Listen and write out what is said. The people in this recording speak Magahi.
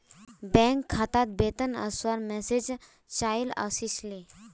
बैंक खातात वेतन वस्वार मैसेज चाइल ओसीले